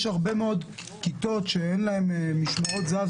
יש הרבה מאוד כיתות שאין להן משמרות זה"ב,